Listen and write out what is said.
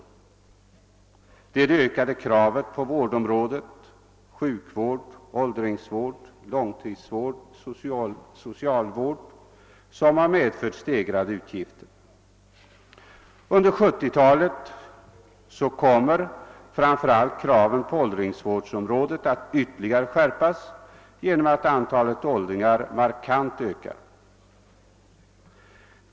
Det är bl.a. det ökade kravet på vårdområdet — sjukvård, åldringsvård, långtidsvård, socialvård — som har medfört stegrade utgifter. Under 1970-talet kommer framför allt kraven på åldringsvårdsområdet att ytterligare skärpas genom att antalet åldringar markant ökar.